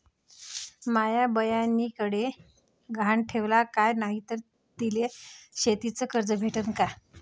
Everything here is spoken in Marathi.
माया बयनीकडे गहान ठेवाला काय नाही तर तिले शेतीच कर्ज भेटन का?